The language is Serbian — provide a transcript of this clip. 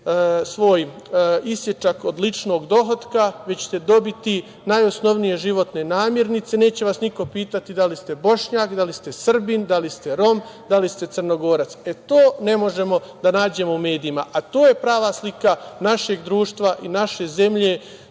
svoj isečak od ličnog dohotka, već ćete dobiti najosnovnije životne namirnice i neće vas niko pitati da li ste Bošnjak, da li ste Srbin, da li ste Rom, da li ste Crnogorac. E, to ne možemo da nađemo u medijima, a to je prava slika našeg društva i naše zemlje,